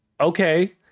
okay